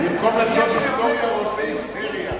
במקום לעשות היסטוריה הוא עושה היסטריה.